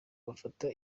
bafata